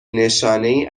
نشانهای